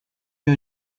you